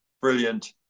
brilliant